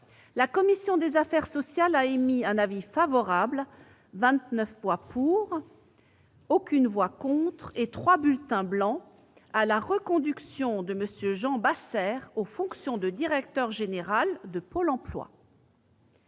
la commission des affaires sociales a émis un avis favorable- vingt-neuf voix pour, zéro voix contre et trois bulletins blancs -à la reconduction de M. Jean Bassères aux fonctions de directeur général de Pôle emploi.